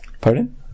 pardon